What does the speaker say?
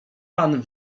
pan